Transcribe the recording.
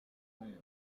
plan